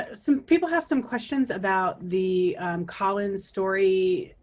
ah some people have some questions about the call-in story